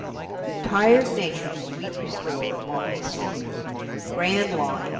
tired nature's sweet restorer, balmy sleep grand line!